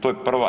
To je prva.